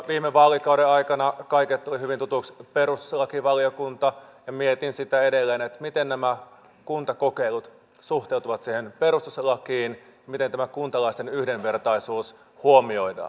viime vaalikauden aikana kaikille tuli hyvin tutuksi perustuslakivaliokunta ja mietin edelleen miten nämä kuntakokeilut suhteutuvat siihen perustuslakiin miten tämä kuntalaisten yhdenvertaisuus huomioidaan